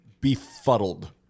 befuddled